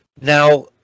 now